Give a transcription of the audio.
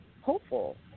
hopeful